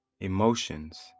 emotions